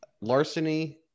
Larceny